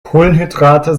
kohlenhydrate